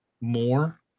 more